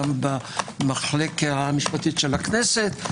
גם במחלקת המשפטים של הכנסת.